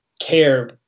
care